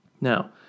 Now